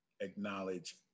acknowledge